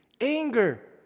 anger